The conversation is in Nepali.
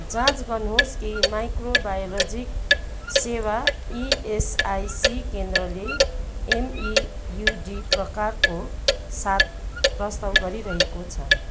जाँच गर्नुहोस् कि माइक्रोबायोलोजी सेवा इएसआइसी केन्द्रले एमइयुडी प्रकारको साथ प्रस्ताव गरिरहेको छ